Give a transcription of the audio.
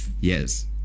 yes